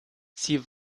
sie